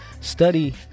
study